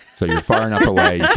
so you're far enough away.